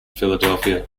philadelphia